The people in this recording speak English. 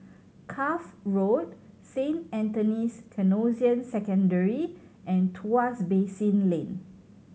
Cuff Road Saint Anthony's Canossian Secondary and Tuas Basin Lane